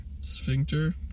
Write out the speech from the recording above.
Sphincter